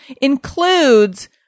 includes